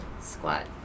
squat